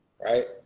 Right